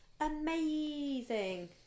Amazing